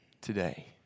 today